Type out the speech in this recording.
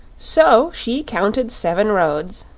so she counted seven roads,